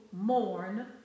mourn